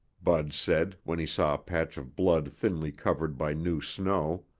bud said, when he saw a patch of blood thinly covered by new snow.